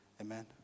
Amen